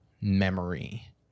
memory